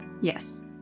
Yes